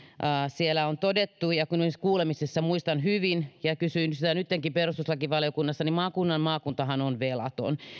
siellä on todettu kuten esimerkiksi kuulemisista muistan hyvin ja kysyin sitä nyttenkin perustuslakivaliokunnassa että maakuntahan on velaton